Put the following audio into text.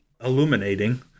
illuminating